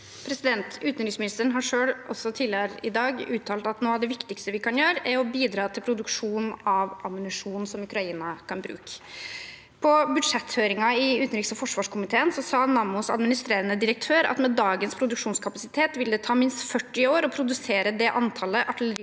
Utenriksministeren har også tidligere i dag selv uttalt at noe av det viktigste vi kan gjøre, er å bidra til produksjon av ammunisjon som Ukraina kan bruke. På budsjetthøringen i utenriks- og forsvarskomiteen sa Nammos administrerende direktør at med dagens produksjonskapasitet vil det ta minst 40 år å produsere det antallet artillerigranater